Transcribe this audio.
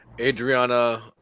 adriana